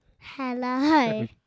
Hello